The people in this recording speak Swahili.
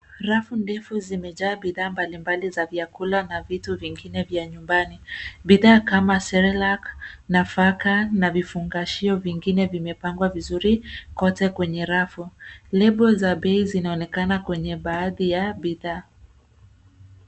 Rafu ndefu zimejaa bidhaa mbalimbali za vyakula na vitu vingine vya nyumbani. Bidhaa kama cerelac , nafaka na vifungashio vingine vimepangwa vizuri kwenye kote kwenye rafu. Lebo za bei zinaonekana kwenye baadhi ya bidhaa.